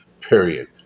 period